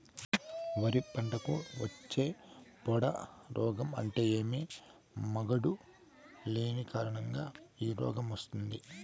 వరి పంటకు వచ్చే పొడ రోగం అంటే ఏమి? మాగుడు దేని కారణంగా ఈ రోగం వస్తుంది?